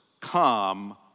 come